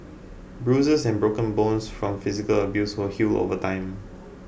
bruises and broken bones from physical abuse will heal over time